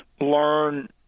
learn